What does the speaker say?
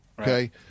okay